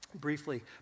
Briefly